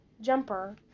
jumper